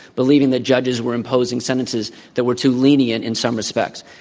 believing the judges were imposing sentences that were too lenient in some respects.